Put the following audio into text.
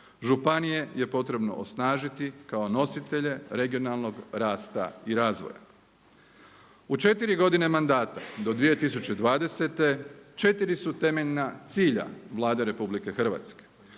Županije je potrebno osnažiti kao nositelje regionalnog rasta i razvoja. U četiri godine mandata do 2020. 4 su temeljna cilja Vlade Republike Hrvatske: